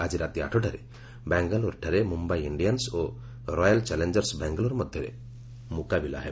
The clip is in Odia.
ଆକି ରାତି ଆଠଟାରେ ବାଙ୍ଗାଲୋରଠାରେ ମୁମ୍ଭାଇ ଇଣ୍ଡିଆନ୍ ଓ ରୟାଲ ଚାଲେଞ୍ଜର୍ସ ବାଙ୍ଗାଲୋର ମଧ୍ୟରେ ମ୍ରକାବିଲା ହେବ